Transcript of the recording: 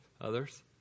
others